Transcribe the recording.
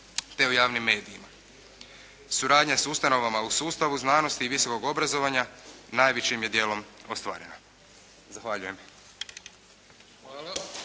te u javnim medijima. Suradnja s ustanovama u sustavu znanosti i visokog obrazovanja najvećim je dijelom ostvarena. Zahvaljujem.